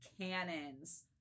cannons